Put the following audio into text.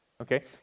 Okay